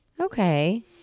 Okay